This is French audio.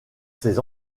ses